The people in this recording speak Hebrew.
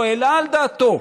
לא העלה על דעתו,